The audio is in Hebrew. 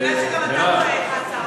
במקום "500" יבוא "200".